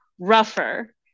rougher